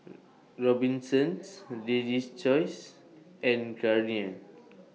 Robinsons Lady's Choice and Garnier